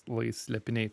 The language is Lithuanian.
lai slėpiniai